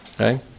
Okay